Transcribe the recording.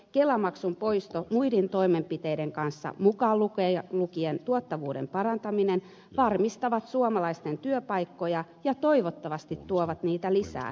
kelamaksun poisto muiden toimenpiteiden kanssa mukaan lukien tuottavuuden parantaminen varmistaa suomalaisten työpaikkoja ja toivottavasti tuo niitä lisää